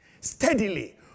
Steadily